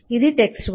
ఇది text book